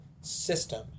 system